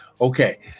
Okay